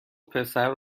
پسر